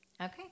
okay